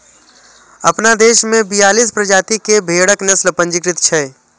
अपना देश मे बियालीस प्रजाति के भेड़क नस्ल पंजीकृत छै